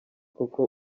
koko